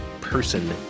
person